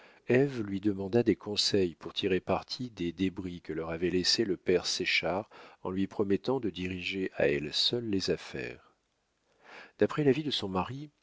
lui demanda des conseils pour tirer parti des débris que leur avait laissés le père séchard en lui promettant de diriger à elle seule les affaires d'après l'avis de son mari